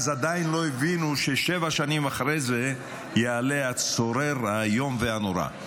אז עדיין לא הבינו ששבע שנים אחרי זה יעלה הצורר האיום והנורא.